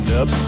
up